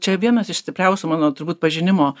čia vienas iš stipriausių mano turbūt pažinimo